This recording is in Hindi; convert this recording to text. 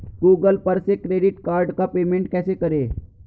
गूगल पर से क्रेडिट कार्ड का पेमेंट कैसे करें?